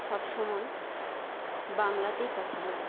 সব সময় বাংলাতেই কথা বলি